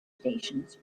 stations